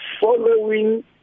following